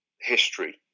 history